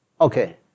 okay